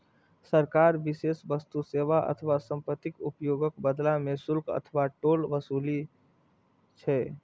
सरकार विशेष वस्तु, सेवा अथवा संपत्तिक उपयोगक बदला मे शुल्क अथवा टोल ओसूलै छै